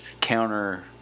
counter